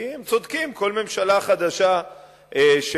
כי הם צודקים: כל ממשלה חדשה שמגיעה,